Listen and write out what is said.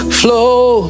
flow